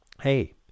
Hey